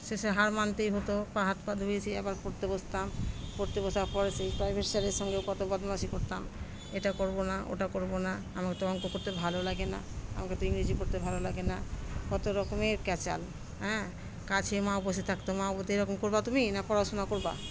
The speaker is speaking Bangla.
শেষে হার মানতেই হতো পা হাত পা ধুয়ে এসে আবার পড়তে বসতাম পড়তে বসার পরে সেই প্রাইভেট স্যারের সঙ্গেও কত বদমায়েশি করতাম এটা করবো না ওটা করবো না আমাকে তো অঙ্ক করতে ভালো লাগে না আমাকে তো ইংরেজি পড়তে ভালো লাগে না কত রকমের ক্যাচাল হ্যাঁ কাছে মা বসে থাকতো মা বলত এরকম করবা তুমি না পড়াশোনা করবা